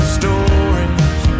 stories